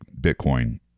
Bitcoin